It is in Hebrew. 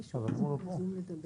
אבל הוא לא פה.